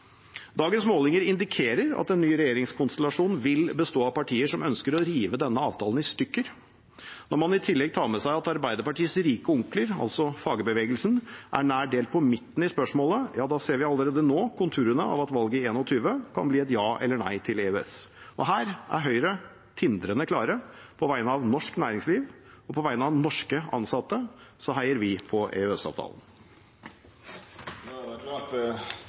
Dagens målinger indikerer at en ny regjeringskonstellasjon vil bestå av partier som ønsker å rive denne avtalen i stykker. Når man i tillegg tar med seg at Arbeiderpartiets rike onkler, altså fagbevegelsen, er nær delt på midten i spørsmålet – ja, da ser vi allerede nå konturene av at valget i 2021 kan bli et ja eller nei til EØS. Her er Høyre tindrende klare: På vegne av norsk næringsliv og på vegne av norske ansatte heier vi på EØS-avtalen. Det